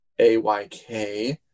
AYK